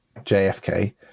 jfk